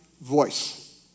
voice